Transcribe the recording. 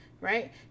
right